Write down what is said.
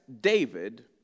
David